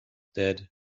dead